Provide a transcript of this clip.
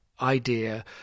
idea